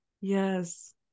yes